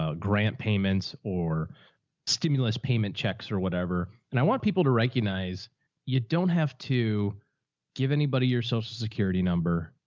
ah grant payments or stimulus payment checks or whatever. and i want people to recognize you don't have to give anybody your social security number.